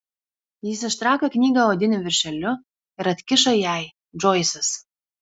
jis ištraukė knygą odiniu viršeliu ir atkišo jai džoisas